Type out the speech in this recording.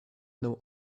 know